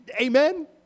amen